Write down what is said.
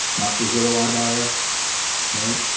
not the zillow i buyer right,